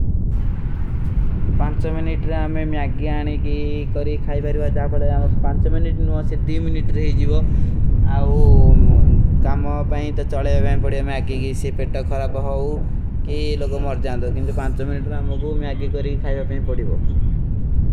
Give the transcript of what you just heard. ପାଂଚ ମୈନୀଟ ରାମେ ମିଯାଖୀ ଆନେ କୀ କରୀ ଖାଈ ଭାଈର ଥା, ଜାପ ଭାଡା ରାମେ ପାଂଚ ମୈନୀଟ, ନୂମଂସେ ଦୀ ମିନୀଟ ରହୀ ଜୀଵା। କାମ ପହୀଂ ତୋ ଚଲେଵା ପହୀଂ ପଡିଯା ମ୍ଯାକୀ କୀ ସେ ପେଟ୍ଟା ଖରାପା ହାଓ କୀ ଲୋଗୋଂ ମର ଜାନତେ ହୋଂ, କିନ୍ଛୋ ପାଂଚୋ ମିନିଟ ପର ମ୍ଯାକୀ କରୀ ଖାଈଵା ପହୀଂ ପଡୀ ବାଓ।